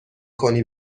کنی